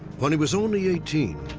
when he was only eighteen,